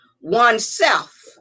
oneself